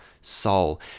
Soul